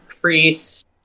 Priest